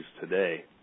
today